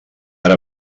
ara